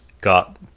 got